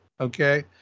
okay